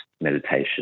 meditation